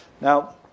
Now